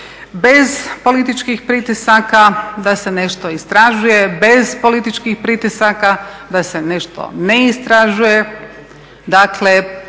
bez političkih pritisaka da se nešto istražuje, bez političkih pritisaka da se nešto ne istražuje